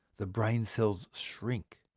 the brain cells shrink,